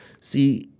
See